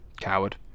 Coward